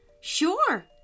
Sure